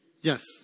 Yes